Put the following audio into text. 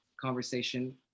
conversation